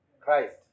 Christ